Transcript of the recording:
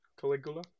Caligula